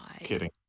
Kidding